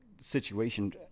situation